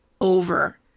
over